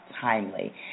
timely